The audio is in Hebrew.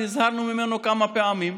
שהזהרנו ממנו כמה פעמים.